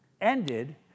ended